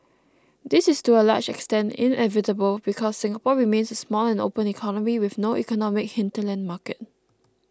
this is to a large extent inevitable because Singapore remains a small and open economy with no economic hinterland market